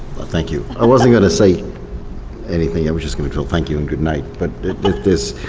well thank you, i wasn't going to say anything, i was just going to go thank you and good night, but with this,